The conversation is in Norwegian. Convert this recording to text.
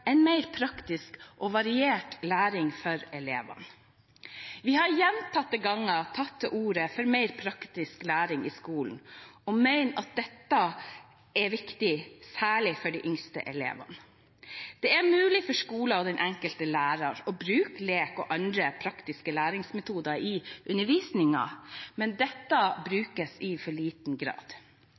en mer praktisk og variert læring for elevene. Vi har gjentatte ganger tatt til orde for mer praktisk læring i skolen og mener dette er viktig, særlig for de yngste elevene. Det er mulig for skoler og den enkelte lærer å bruke lek og andre praktiske læringsmetoder i undervisningen, men dette brukes i for liten grad.